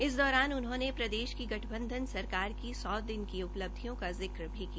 इस दौरान उन्होंने प्रदेश की गठबंधन सरकार की सौ दिन की उपलब्धियों का जिक भी किया